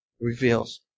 reveals